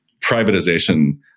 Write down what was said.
privatization